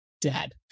Dad